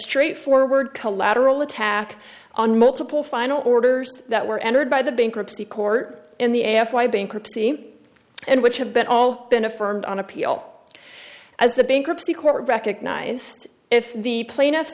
straightforward collateral attack on multiple final orders that were entered by the bankruptcy court in the f y bankruptcy and which have been all been affirmed on appeal as the bankruptcy court recognized if the plaintiff